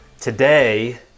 Today